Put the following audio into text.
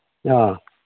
ꯑꯥ